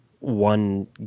one